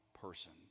person